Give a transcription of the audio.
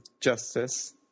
justice